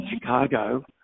Chicago